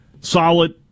solid